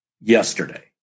yesterday